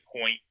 point